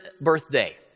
birthday